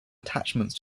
attachments